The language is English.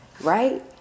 right